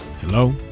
Hello